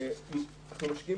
אנחנו משקיעים